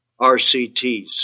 RCTs